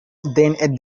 then